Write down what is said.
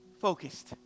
focused